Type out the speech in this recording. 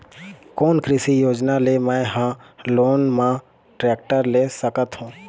कोन कृषि योजना ले मैं हा लोन मा टेक्टर ले सकथों?